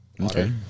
okay